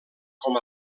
com